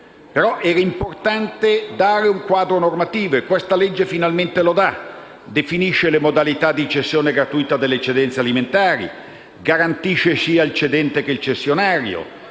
era importante dare un quadro normativo e questa legge finalmente lo dà. Definisce le modalità di cessione gratuità delle eccedenze alimentari, garantisce sia il cedente che il cessionario,